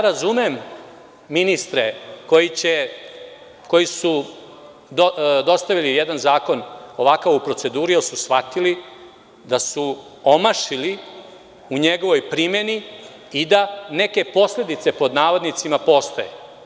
Razumem ja ministre koji su dostavili jedan ovakav zakon u proceduru, jer su shvatili da su omašili u njegovoj primeni i da neke posledice, pod navodnicima, postoje.